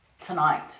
tonight